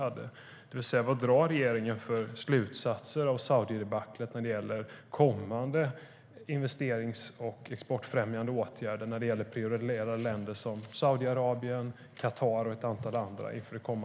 Vad drar regeringen för slutsatser av Saudidebaclet inför det kommande exportstrategiarbetet och andra investerings och exportfrämjande åtgärder när det gäller prioriterade länder som Saudiarabien, Qatar och ett antal andra?